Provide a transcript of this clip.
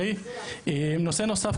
נושא נוסף,